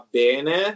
bene